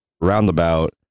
roundabout